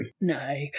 No